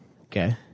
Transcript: Okay